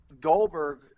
Goldberg